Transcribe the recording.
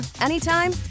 anytime